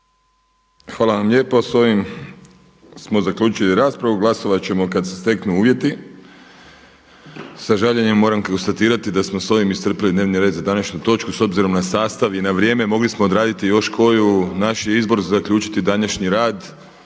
Hvala vam lijepo. S ovim smo zaključili raspravu. Glasovat ćemo kada se steknu uvjeti. Sa žaljenjem moram konstatirati da smo s ovim iscrpili dnevni red za današnju točku s obzirom na sastav i na vrijeme mogli smo odraditi još koju. Naš je izbor zaključiti današnji rad